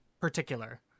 particular